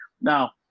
Now